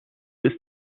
ist